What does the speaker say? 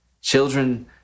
Children